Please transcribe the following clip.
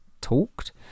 talked